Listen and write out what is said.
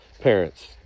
parents